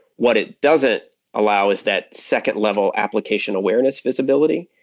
what it doesn't allow is that second level application awareness visibility.